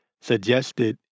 suggested